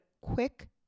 quick